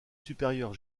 supérieure